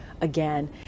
again